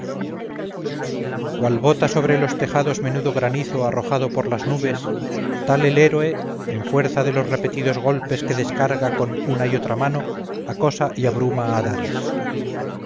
tregua cual bota sobre los tejados menudo granizo arrojado por las nubes tal el héroe en fuerza de los repetidos golpes que descarga con una y otra mano acosa y abruma a dares